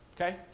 Okay